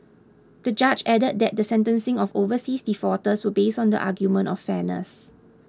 the judge added that the sentencing of overseas defaulters was based on the argument of fairness